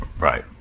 Right